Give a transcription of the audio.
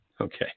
Okay